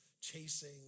chasing